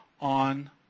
on